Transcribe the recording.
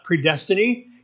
predestiny